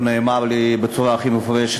ונאמר לי בצורה הכי מפורשת,